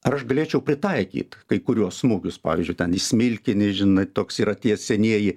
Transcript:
ar aš galėčiau pritaikyt kai kuriuos smūgius pavyzdžiui ten į smilkinį žinai toks yra tie senieji